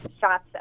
shots